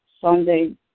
Sunday